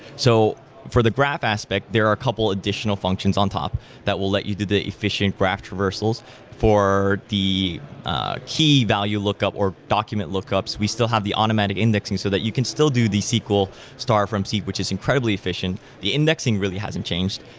so for the graph aspect, there are a couple of additional functions on top that will let you do the efficient graph traversals for the ah key-value lookup or document lookups. we still have the automatic indexing so that you can still do the sql star from c which is incredibly efficient. the indexing really hasn't changed.